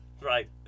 Right